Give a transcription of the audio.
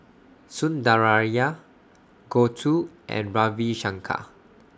Sundaraiah Gouthu and Ravi Shankar